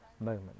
moment